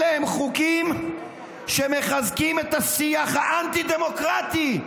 אלה הצעות חוק שמחזקות את השיח האנטי-דמוקרטי,